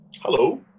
hello